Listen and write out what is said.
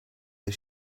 the